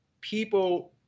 people